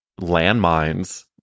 landmines